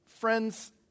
Friends